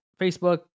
Facebook